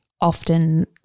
often